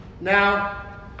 Now